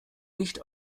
nicht